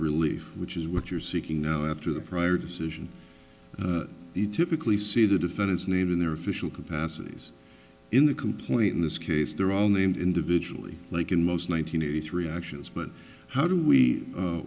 relief which is what you're seeking now after the prior decision you typically see the defendants named in their official capacities in the complete in this case they're only and individually like in most nine hundred eighty three actions but how